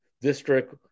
district